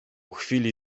chwili